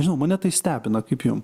žinau mane tai stebina kaip jum